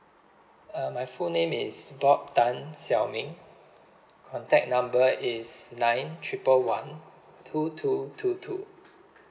uh my full name is bob tan xiao ming contact number is nine triple one two two two two